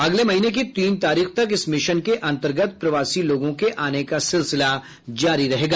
अगले महीने की तीन तारीख तक इस मिशन के अंतर्गत प्रवासी लोगों के आने का सिलसिला जारी रहेगा